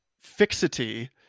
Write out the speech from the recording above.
fixity